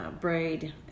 braid